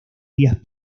días